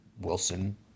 Wilson